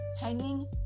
hanging